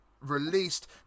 released